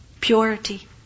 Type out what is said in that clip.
Purity